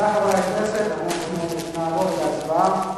רבותי חברי הכנסת, אנחנו נעבור להצבעה.